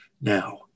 now